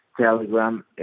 Telegram